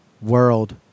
world